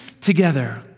together